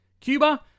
Cuba